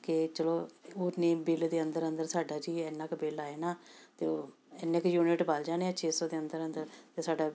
ਕਿ ਚਲੋ ਉਹ ਨੇਮ ਬਿਲ ਦੇ ਅੰਦਰ ਅੰਦਰ ਸਾਡਾ ਜੀ ਇੰਨਾ ਕੁ ਬਿਲ ਆ ਜਾਣਾ ਅਤੇ ਉਹ ਇੰਨੇ ਕੁ ਯੂਨਿਟ ਬਲ ਜਾਣੇ ਛੇ ਸੌ ਦੇ ਅੰਦਰ ਅੰਦਰ ਅਤੇ ਸਾਡਾ